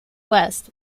west